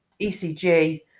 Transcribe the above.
ecg